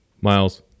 Miles